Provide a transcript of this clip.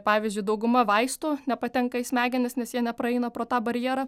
pavyzdžiui dauguma vaistų nepatenka į smegenis nes jie nepraeina pro tą barjerą